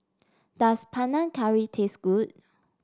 does Panang Curry taste good